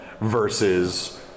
versus